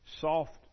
soft